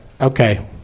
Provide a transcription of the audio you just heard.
Okay